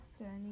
journey